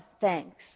thanks